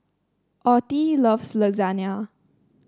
Ottie loves Lasagna